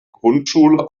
grundschule